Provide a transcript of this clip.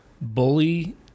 bully